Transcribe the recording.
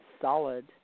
solid